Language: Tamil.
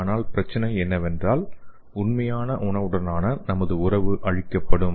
ஆனால் பிரச்சனை என்னவென்றால் உண்மையான உணவுடனான நமது உறவு அழிக்கப்படும்